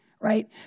Right